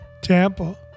Tampa